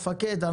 המפקד,